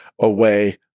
away